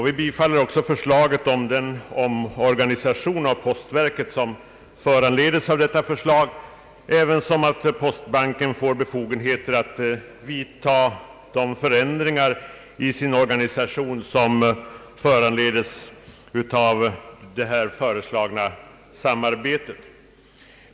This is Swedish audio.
Vi tillstyrker att postverket får befogenheter att vidta de ändringar i sin organisation som föranleds av det föreslagna samarbetet.